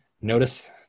notice